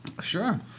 Sure